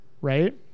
right